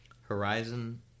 horizon